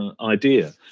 idea